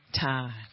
time